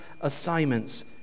assignments